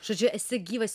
žodžiu esi gyvas